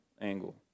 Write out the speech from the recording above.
angle